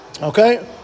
Okay